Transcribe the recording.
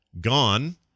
gone